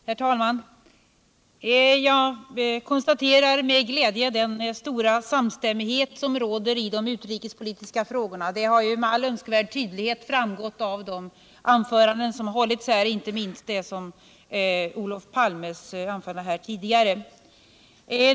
Herr talman! Jag konstaterar med glädje den stora samstämmighet som råder i de utrikespolitiska frågorna. Detta har ju med all önskvärd tydlighet framgått av de anföranden som redan har hållits här, inte minst det som Olof Palme höll tidigare.